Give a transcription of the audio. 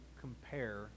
compare